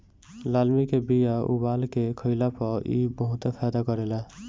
लालमि के बिया उबाल के खइला पर इ बहुते फायदा करेला